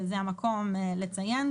זה המקום לציין,